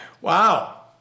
Wow